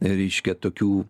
reiškia tokių